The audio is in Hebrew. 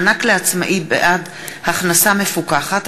מענק לעצמאי בעד הכנסה מפוקחת),